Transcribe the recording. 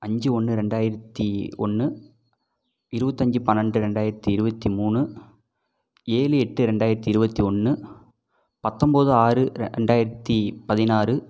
அஞ்சு ஒன்று ரெண்டாயிரத்தி ஒன்று இருபத்தஞ்சி பன்னெண்டு ரெண்டாயிரத்தி இருபத்தி மூணு ஏழு எட்டு ரெண்டாயிரத்தி இருபத்தி ஒன்று பத்தொம்பது ஆறு ரெண்டாயிரத்தி பதினாறு